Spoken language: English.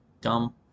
Dumb